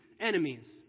enemies